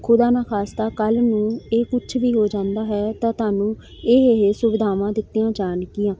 ਖੁਦਾ ਨਾ ਖਾਸਤਾ ਕੱਲ੍ਹ ਨੂੰ ਇਹ ਕੁਛ ਵੀ ਹੋ ਜਾਂਦਾ ਹੈ ਤਾਂ ਤੁਹਾਨੂੰ ਇਹ ਇਹ ਸੁਵਿਧਾਵਾਂ ਦਿੱਤੀਆਂ ਜਾਣਗੀਆਂ